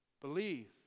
Believe